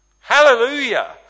Hallelujah